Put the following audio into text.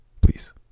please